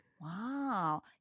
Wow